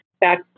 back